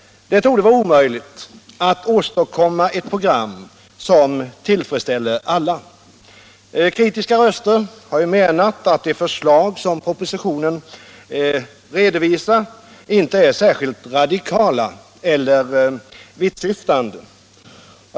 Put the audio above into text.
Det är omöjligt att åstadkomma ett program som tillfredsställer alla. Kritiska röster har menat att de förslag som propositionen redovisar ej är särskilt radikala eller vittsyftande.